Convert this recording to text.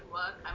work